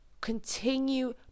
continue